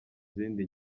zindi